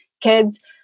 kids